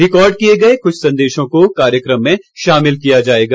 record किए गए कुछ संदेशों को कार्यक्रम में शामिल किया जाएगा